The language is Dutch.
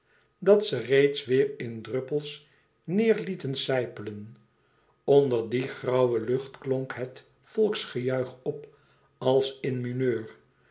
dat ze reeds weêr in druppels neêr lieten sijpelen onder die grauwe lucht klonk het volksgejuich op als in mineur